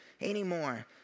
anymore